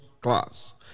class